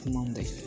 Monday